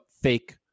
fake